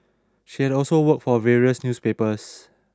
she had also worked for various newspapers